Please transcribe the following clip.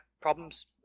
problems